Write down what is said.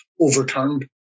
overturned